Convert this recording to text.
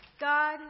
God